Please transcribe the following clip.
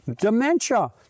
Dementia